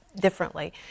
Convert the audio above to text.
differently